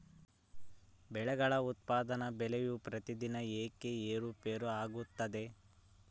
ಬೆಳೆಗಳ ಉತ್ಪನ್ನದ ಬೆಲೆಯು ಪ್ರತಿದಿನ ಏಕೆ ಏರುಪೇರು ಆಗುತ್ತದೆ?